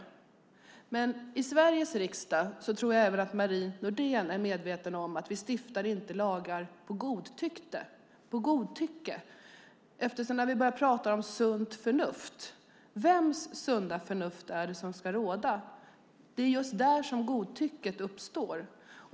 Jag tror dock att även Marie Nordén är medveten om att vi i Sveriges riksdag inte stiftar lagar på godtycke. När vi pratar om förnuft är nämligen frågan vems sunda förnuft det är som ska råda. Det är just där godtycket uppstår.